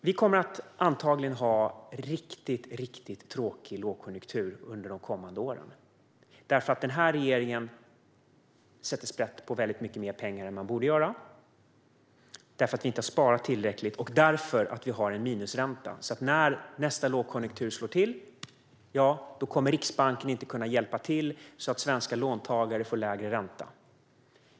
Vi kommer antagligen att ha en riktigt tråkig lågkonjunktur under de kommande åren, eftersom denna regering sätter sprätt på väldigt mycket mer pengar än man borde göra därför att vi inte har sparat tillräckligt och därför att vi har en minusränta. När nästa lågkonjunktur slår till kommer Riksbanken därför inte att kunna hjälpa till så att svenska låntagare får lägre ränta.